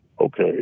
Okay